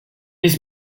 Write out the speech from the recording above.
his